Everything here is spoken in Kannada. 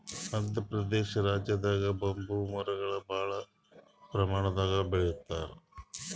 ಮದ್ಯ ಪ್ರದೇಶ್ ರಾಜ್ಯದಾಗ್ ಬಂಬೂ ಮರಗೊಳ್ ಭಾಳ್ ಪ್ರಮಾಣದಾಗ್ ಬೆಳಿತಾರ್